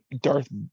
darth